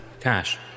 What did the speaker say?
Cash